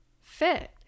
fit